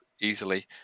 easily